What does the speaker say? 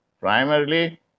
Primarily